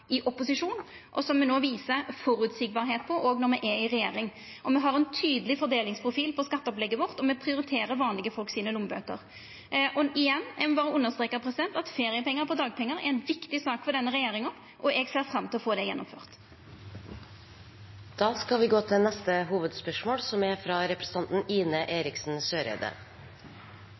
i opposisjon, og som me no er føreseielege på òg når me er i regjering. Me har ein tydeleg fordelingsprofil på skatteopplegget vårt, og me prioriterer lommeboka til vanlege folk. Igjen: Eg må berre understreka at feriepengar på dagpengar er ei viktig sak for denne regjeringa, og eg ser fram til å få det gjennomført. Vi går videre til neste